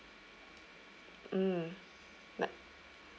mm like